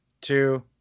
two